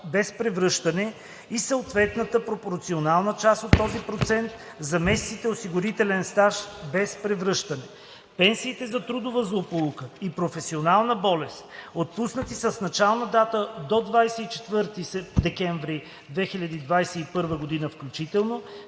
без превръщане и съответната пропорционална част от този процент за месеците осигурителен стаж без превръщане. Пенсиите за трудова злополука и професионална болест, отпуснати с начална дата до 24 декември 2021 г. включително,